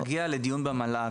יגיע לדיון במל"ג,